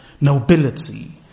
nobility